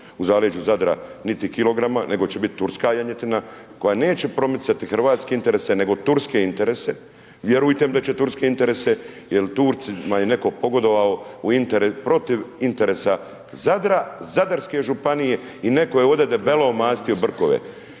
u zaleđu Zadra niti kilograma, nego će biti turska janjetina, koja neće promicati hrvatske interese, nego turske interese, vjerujte mi da će turske interese, jer Turcima je netko pogodovao protiv interesa Zadra, Zadarske županije i netko je ovdje debelo omastio brkove.